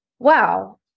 wow